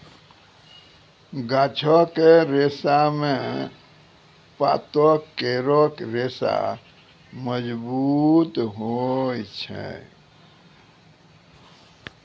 गाछो क रेशा म पातो केरो रेशा मजबूत होय छै